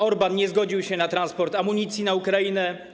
Orbán nie zgodził się na transport amunicji na Ukrainę.